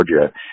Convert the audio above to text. Georgia